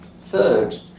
Third